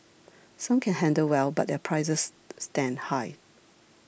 some can handle well but their prices stand high